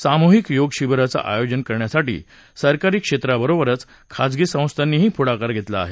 सामुहिक योगशिबिरांचं आयोजन करण्यासाठी सरकारी क्षेत्राबरोबरच खासगी संस्थांनीही पुढाकार घेतला आहे